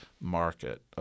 market